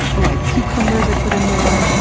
oh, i had cucumbers i put in there.